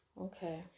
Okay